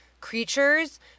creatures—